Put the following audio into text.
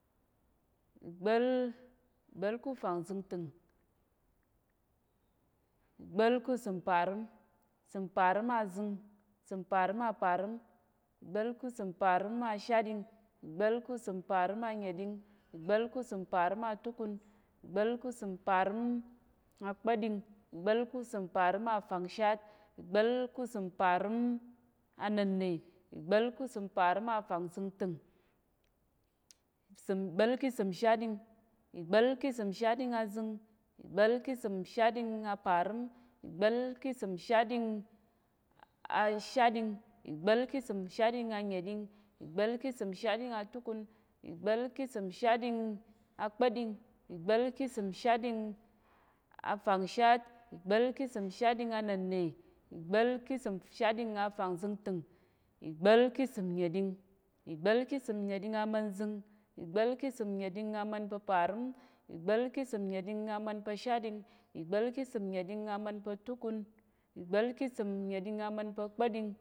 Igɓa̱l gɓa̱l kú fa̱ngzəngtəng, igɓa̱l ku səm parəm, səm pa̱rəm azing, səm parəm a parəm, igɓa̱l ku səm parəm a shaɗing, igba̱l ku səm parəm a nyeɗing, igba̱l ku səm parəm a túkun, igba̱l ku səm parəm a kpa̱ɗing, igba̱l ku səm parəm a fangshat, igba̱l ku səm parəm a nənne, igba̱l ku səm parəm a fangzəngtəng, səm gɓa̱l ki səm shaɗing, igba̱l ki səm shaɗing a zing, igba̱l ki səm shaɗing a apa̱rəm, igba̱l ki səm shaɗing a shaɗing, igba̱l ki səm shaɗing a nyeɗing, igba̱l ki səm shaɗing a túkun, igba̱l ki səm shaɗing a kpa̱ɗing, igba̱l ki səm shaɗing a fangshat, igba̱l ki səm shaɗing a nənne, igba̱l ki səm shaɗing a fangzəngtəng, igba̱l ki səm nyəɗing amənzing, igba̱l ki səm nyəɗing amən pa̱ parəm, igba̱l ki səm nyəɗing amən pa̱ shaɗing, igba̱l ki səm nyəɗing amən pa̱ nyeɗing, igba̱l ki səm nyəɗing amən pa̱ túkun, igba̱l ki səm nyəɗing amən pa̱ kpaɗing